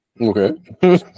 Okay